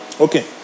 Okay